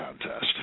contest